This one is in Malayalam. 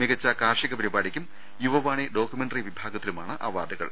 മികച്ച കാർഷിക പരിപാടിക്കും യുവവാണി ഡോക്യുമെന്ററി വിഭാഗത്തിലുമാണ് അവാർഡുകൾ